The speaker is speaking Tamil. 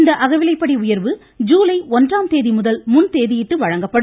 இந்த அகவிலைப்படி உயர்வு ஜுலை ஒன்றாம் தேதிமுதல் முன்தேதியிட்டு வழங்கப்படும்